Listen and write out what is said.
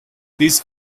these